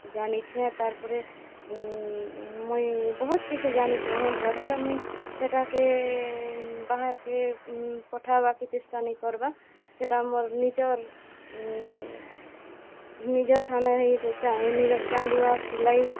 ଜାନିଛେ ତାର୍ ପରେ ମୁଇଁ ବହୁତ୍ କିଛି ଜାନିଛେ ଉନ୍ର ହେଲେ ମୁଇଁ ସେଟାକେ ବାହାର୍କେ ପଠାବାକେ ଚେଷ୍ଟା ନାଇଁ କର୍ବାର୍ ସେଟା ମୋର୍ ନିଜର୍ ନିଜର୍ ଠାନେ ହିଁ ନିଜର୍ ଚାନ୍ଦୁଆ ସିଲାଇ